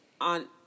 on